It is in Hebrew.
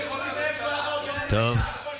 טוב,